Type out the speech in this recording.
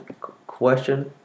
question